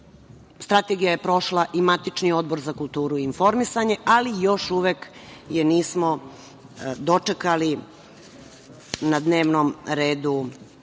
Strategija je prošla i matični Odbor za kulturu i informisanje, ali još uvek je nismo dočekali na dnevnom redu